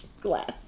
Glass